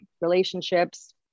relationships